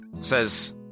says